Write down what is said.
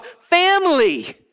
family